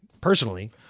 personally